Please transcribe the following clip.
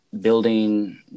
Building